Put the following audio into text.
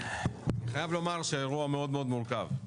אני חייב לומר שהאירוע מאוד מאוד מורכב.